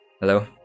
hello